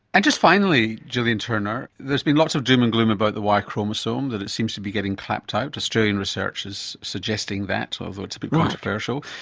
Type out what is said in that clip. and just finally gillian turner, there's been lots of doom and gloom about the y chromosome, that it seems to be getting clapped out. australian research is suggesting that, although it's a bit controversial.